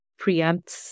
preempts